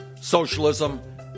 socialism